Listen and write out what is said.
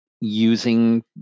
using